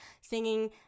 singing